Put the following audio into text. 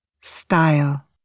Style